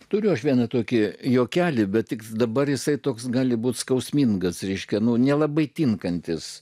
turiu aš vieną tokį juokelį bet tik dabar jisai toks gali būti skausmingas reiškia nu nelabai tinkantis